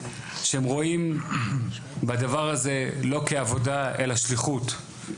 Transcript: שהם רואים בדבר הזה לא כעבודה אלא שליחות,